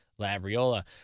Labriola